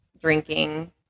drinking